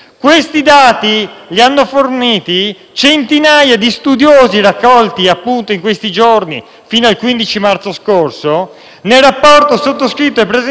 fino al 15 marzo scorso, nel rapporto sottoscritto e presentato all'Assemblea dell'ONU di Nairobi.